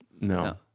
No